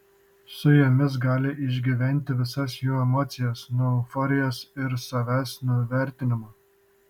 su jomis gali išgyventi visas jų emocijas nuo euforijos ir savęs nuvertinimo